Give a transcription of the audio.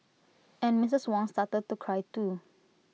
and Mrs Wong started to cry too